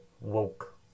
woke